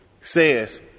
says